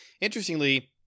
Interestingly